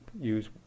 use